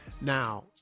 now